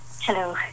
Hello